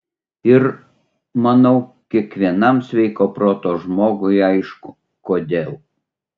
ir manau kiekvienam sveiko proto žmogui aišku kodėl